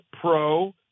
Pro